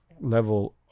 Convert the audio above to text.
level